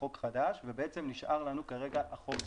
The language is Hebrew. חוק חדש ובעצם נשאר לנו כרגע החוק...